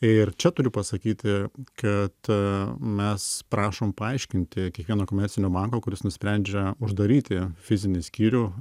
ir čia turiu pasakyti kad mes prašom paaiškinti kiekvieno komercinio banko kuris nusprendžia uždaryti fizinį skyrių